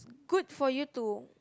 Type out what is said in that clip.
good for you to